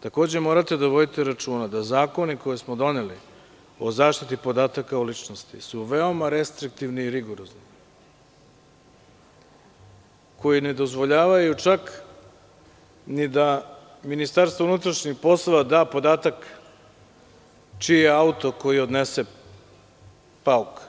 Takođe, morate da vodite računa da zakoni koje smo doneli o zaštiti podataka o ličnosti su veoma restriktivni i rigorozni, koji ne dozvoljavaju čak ni da MUP da podatak čiji je auto koji odnese pauk,